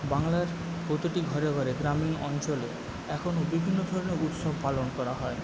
বাংলার প্রতিটি ঘরে ঘরে গ্রামীণ অঞ্চলে এখনও বিভিন্ন ধরনের উৎসব পালন করা হয়